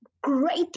great